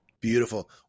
Beautiful